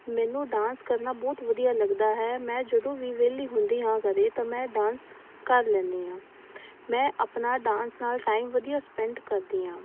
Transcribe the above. ਮੈਨੂੰ ਡਾਂਸ ਕਰਨਾ ਬਹੁਤ ਵਧੀਆ ਲੱਗਦਾ ਹੈ ਮੈਂ ਜਦੋਂ ਵੀ ਵਿਹਲੀ ਹੁੰਦੀ ਹਾਂ ਕਦੇ ਤਾਂ ਮੈਂ ਡਾਂਸ ਕਰ ਲੈਂਦੀ ਹਾਂ ਮੈਂ ਆਪਣਾ ਡਾਂਸ ਨਾਲ ਟਾਈਮ ਵਧੀਆ ਸਪੈਂਡ ਕਰਦੀ ਹਾਂ